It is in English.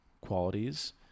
qualities